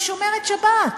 אם היא שומרת שבת.